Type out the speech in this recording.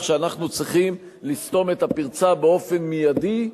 שאנחנו צריכים לסתום את הפרצה באופן מיידי,